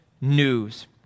news